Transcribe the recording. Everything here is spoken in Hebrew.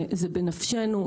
זה בנפשנו.